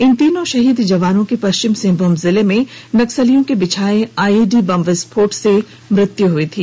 इन तीनों शहीद जवानों की पश्चिम सिंहभूम जिले में नक्सलियों के बिछाए आईइडी विस्फोट से मृत्यु हो गई थी